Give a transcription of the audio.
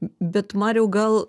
bet mariau gal